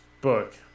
book